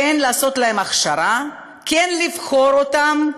כן לעשות להם הכשרה, כן לבחור אותם.